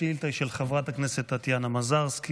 השאילתה היא של חברת הכנסת טטיאנה מזרסקי,